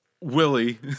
Willie